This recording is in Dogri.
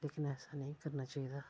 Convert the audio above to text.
लेकिन ऐसा नेईं करना चाहिदा